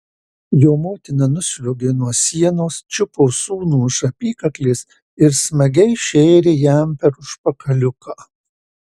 jo motina nusliuogė nuo sienos čiupo sūnų už apykaklės ir smagiai šėrė jam per užpakaliuką